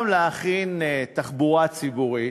גם להכין תחבורה ציבורית,